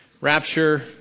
Rapture